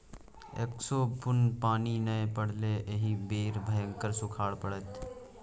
एक्को बुन्न पानि नै पड़लै एहि बेर भयंकर सूखाड़ पड़तै